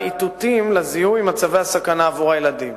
איתותים לזיהוי מצבי הסכנה עבור הילדים.